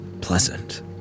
pleasant